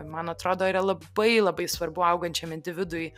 man atrodo yra labai labai svarbu augančiam individui